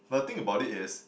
but the thing about it is